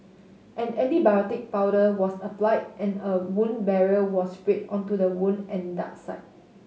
an antibiotic powder was applied and a wound barrier was sprayed onto the wound and dart site